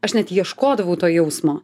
aš net ieškodavau to jausmo